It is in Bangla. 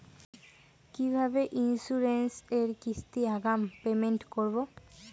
কিভাবে ইন্সুরেন্স এর কিস্তি আগাম পেমেন্ট করবো?